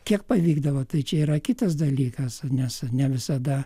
kiek pavykdavo tai čia yra kitas dalykas nes ne visada